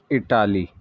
Italy